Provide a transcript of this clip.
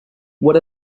what